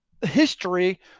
history